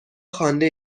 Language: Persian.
خوانده